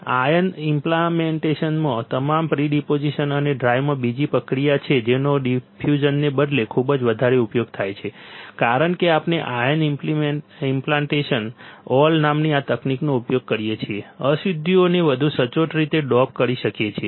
ion ઇમ્પ્લાન્ટેશનમાં તમામ pre deposition અને ડ્રાઇવમાં બીજી પ્રક્રિયા છે જેનો ડિફ્યુઝનને બદલે ખુબજ વધારે ઉપયોગ થાય છે કારણ કે આપણે આયન ઇમ્પ્લાન્ટેશન ઓલ નામની આ તકનીકનો ઉપયોગ કરીને અશુદ્ધિઓને વધુ સચોટ રીતે ડોપ કરી શકીએ છીએ